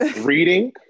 reading